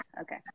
okay